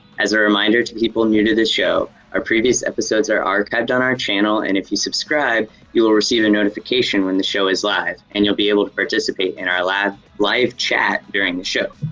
as a reminder to people new to this show, our previous episodes are archived on our channel and if you subscribe you will receive a notification when the show is live, and you'll be able to participate in our lab live chat during the show.